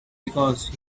because